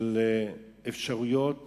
של אפשרויות